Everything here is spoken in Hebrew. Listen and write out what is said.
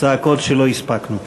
צעקות שלא הספקנו.